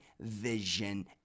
vision